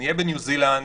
נהיה בניו-זילנד,